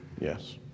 Yes